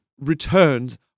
returns